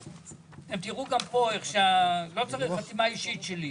אתם תראו גם כאן שלא צריך חתימה אישית שלי.